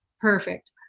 perfect